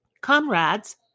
comrades